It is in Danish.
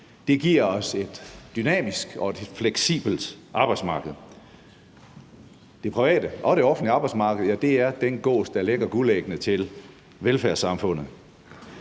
giver os et dynamisk og fleksibelt arbejdsmarked. Det private og det offentlige arbejdsmarked er den gås, der lægger guldæggene til velfærdssamfundet.